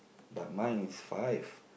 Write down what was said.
but mine is five